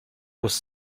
was